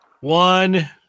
One